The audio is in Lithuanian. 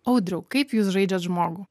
audriau kaip jūs žaidžiat žmogų